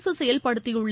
அரசுசெயல்படுத்தியுள்ள